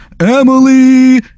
Emily